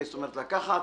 זאת אומרת, לקחת